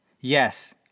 Yes